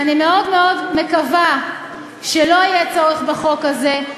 אני מאוד מאוד מקווה שלא יהיה צורך בחוק הזה,